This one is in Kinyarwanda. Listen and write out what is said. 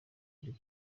ari